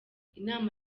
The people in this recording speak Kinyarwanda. inama